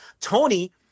tony